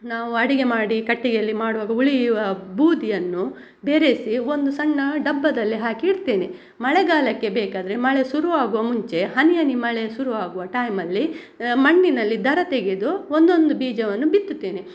ನಾವು ಅಡಿಗೆ ಮಾಡಿ ಕಟ್ಟಿಗೆಯಲ್ಲಿ ಮಾಡುವಾಗ ಉಳಿಯುವ ಬೂದಿಯನ್ನು ಬೆರೆಸಿ ಒಂದು ಸಣ್ಣ ಡಬ್ಬದಲ್ಲಿ ಹಾಕಿ ಇಡ್ತೇನೆ ಮಳೆಗಾಲಕ್ಕೆ ಬೇಕಾದರೆ ಮಳೆ ಶುರು ಆಗುವ ಮುಂಚೆ ಹನಿ ಹನಿ ಮಳೆ ಶುರು ಆಗುವ ಟೈಮಲ್ಲಿ ಮಣ್ಣಿನಲ್ಲಿ ದರ ತೆಗೆದು ಒಂದೊಂದು ಬೀಜವನ್ನು ಬಿತ್ತುತ್ತೇನೆ